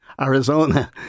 Arizona